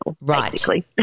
Right